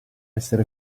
essere